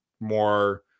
more